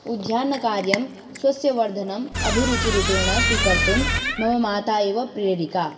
उद्यानकार्यं स्वस्य वर्धनम् अभिरुचिरूपेण स्वीकर्तुं मम माता एव प्रेरिका